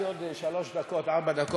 יש לי עוד שלוש-ארבע דקות.